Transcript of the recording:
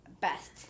best